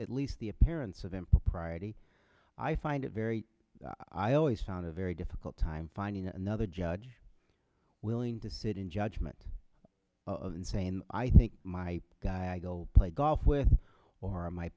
at least the appearance of impropriety i find it very i always found a very difficult time finding another judge willing to sit in judgment of and saying i think my guy go play golf with